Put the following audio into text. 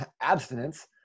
abstinence